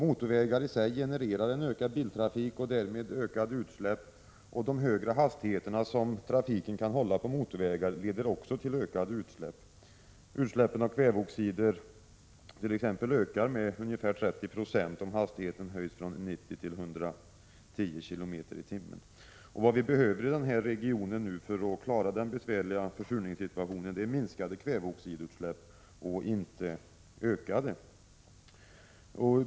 Motorvägarna i sig genererar en ökad biltrafik och därmed ökat utsläpp. De höga hastigheter som bilarna håller på motorvägarna leder också till ökade utsläpp. Utsläppen av kväveoxider ökar med ungefär 30 90 om hastigheten höjs från 90 km tim. Vad vi behöver i denna region för att klara den besvärliga försurningssituationen är att kväveoxidutsläppen minskar och inte ökar.